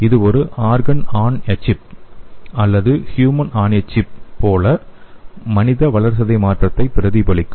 இது ஒரு "organ on a chip" அல்லது "ஹுமன் ஆன் எ சிப்" போல மனித வளர்சிதை மாற்றத்தை பிரதிபலிக்கும்